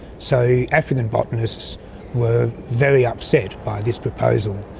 so african botanists were very upset by this proposal,